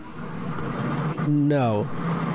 No